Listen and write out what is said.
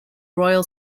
royal